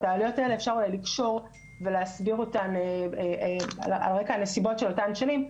אפשר היה לקשור ולהסביר אותן על רקע הנסיבות של אותן השנים.